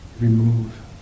remove